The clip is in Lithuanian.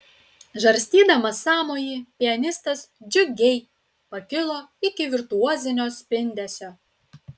žarstydamas sąmojį pianistas džiugiai pakilo iki virtuozinio spindesio